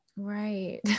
Right